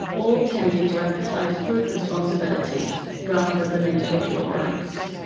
all tending to emphasise group responsibilities rather than individual rights.